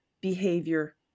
behavior